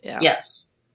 Yes